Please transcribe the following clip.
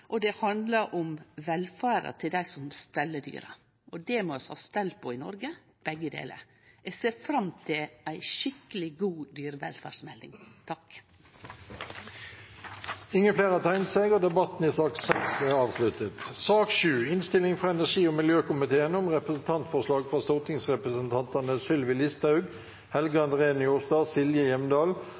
så her handlar det om velferda til dyra, og det handlar om velferda til dei som steller dyra. Det må vi ha stell på i Noreg – begge delar. Eg ser fram til ei skikkeleg god dyrevelferdsmelding. Flere har ikke bedt om ordet til sak nr. 6. Etter ønske fra energi- og miljøkomiteen